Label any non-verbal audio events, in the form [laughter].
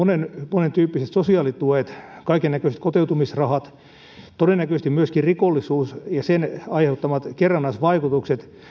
monentyyppiset sosiaalituet kaikennäköiset kotiutumisrahat todennäköisesti myöskin rikollisuus ja sen aiheuttamat kerrannaisvaikutukset [unintelligible]